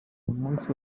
umunsi